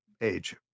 Age